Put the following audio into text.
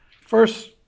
first